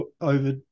over